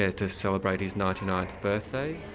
ah to celebrate his ninety ninth birthday.